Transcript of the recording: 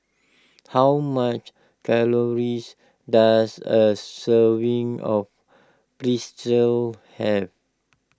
how much calories does a serving of Pretzel have